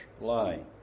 lie